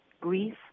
grief